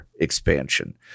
expansion